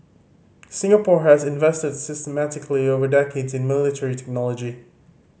Singapore has invested systematically over decades in military technology